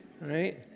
right